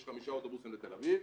יש חמישה אוטובוסים לתל אביב,